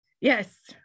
Yes